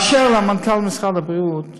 אשר למנכ"ל משרד הבריאות,